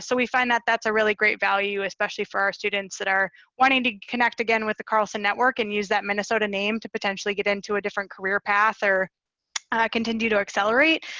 so we find that that's a really great value, especially for our students that are wanting to connect again with the carlson network and use that minnesota name to potentially get into a different career path or continue to accelerate.